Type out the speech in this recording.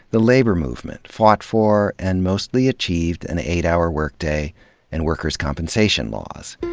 the labor movement fought for and mostly achieved an eight hour work day and worker's compensation laws.